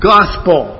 Gospel